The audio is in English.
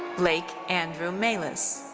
blake andrew mailhes.